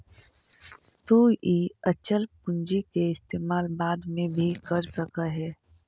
तु इ अचल पूंजी के इस्तेमाल बाद में भी कर सकऽ हे